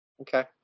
okay